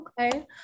okay